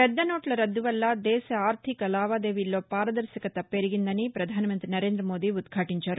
పెద్ద నోట్ల రద్దు వల్ల దేశ ఆర్టిక లావాదేవీల్లో పారదర్శకత పెరిగిందని పధానమంతి నరేంద్ర మోదీ ఉద్ఘాటించారు